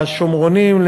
השומרונים.